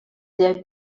their